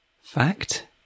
Fact